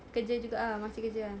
kerja juga ah masih kerja ah